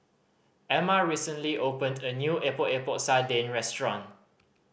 Emma recently opened a new Epok Epok Sardin restaurant